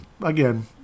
again